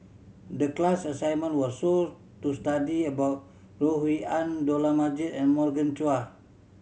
the class assignment was to study about Rui An Dollah Majid and Morgan Chua